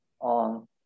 on